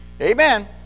Amen